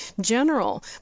general